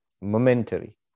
momentary